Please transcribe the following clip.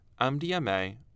MDMA